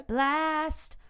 Blast